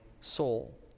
soul